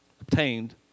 obtained